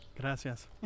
gracias